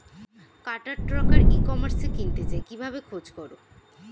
কাটার tractor ই কমার্সে কিনতে চাই কিভাবে খোঁজ করো?